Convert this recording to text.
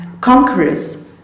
conquerors